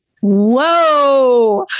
Whoa